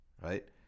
Right